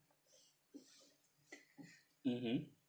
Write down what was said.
mmhmm